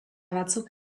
batzuk